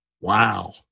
Wow